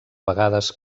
vegades